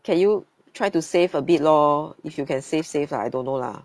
can you try to save a bit lor if you can save save ah I don't know lah